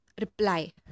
reply